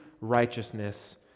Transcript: righteousness